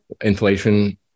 inflation